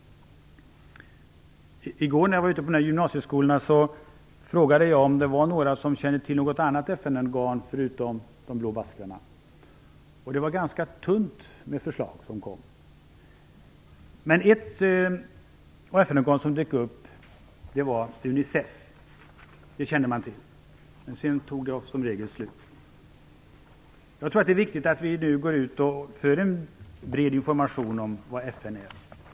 I går när jag var ute i gymnasieskolorna frågade jag om någon kände till något annat än de blå baskrarna och om det var någon som kände till något FN organ. Det var ganska tunt med förslag. Man kände dock till FN-organet Unicef, men sedan tog det som regel slut. Jag tror att det är viktigt att vi nu går ut med bred information om vad FN är.